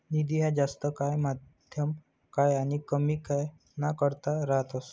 निधी ह्या जास्त काय, मध्यम काय आनी कमी काय ना करता रातस